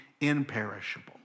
imperishable